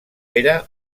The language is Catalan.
era